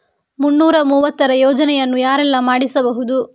ಮುನ್ನೂರ ಮೂವತ್ತರ ಯೋಜನೆಯನ್ನು ಯಾರೆಲ್ಲ ಮಾಡಿಸಬಹುದು?